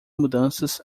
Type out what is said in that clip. mudanças